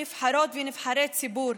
נבחרות ונבחרי הציבור,